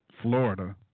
florida